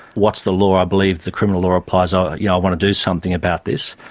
what's the law, i believe the criminal law applies, ah you know, i want to do something about this',